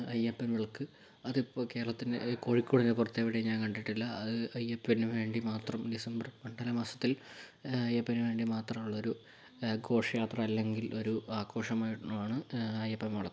അയ്യപ്പൻ വിളക്ക് അതിപ്പോൾ കേരളത്തിന്റെ കോഴിക്കോടിന് പുറത്ത് എവിടെയും ഞാൻ കണ്ടിട്ടില്ല അത് അയ്യപ്പനു വേണ്ടി മാത്രം ഡിസംബർ മണ്ഡലമാസത്തിൽ അയ്യപ്പനു വേണ്ടി മാത്രം ഉള്ളൊരു ഘോഷയാത്ര അല്ലെങ്കിൽ ഒരു ആഘോഷമാണ് അയ്യപ്പൻ വിളക്ക്